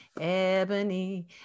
ebony